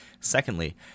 Secondly